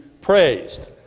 praised